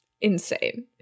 Insane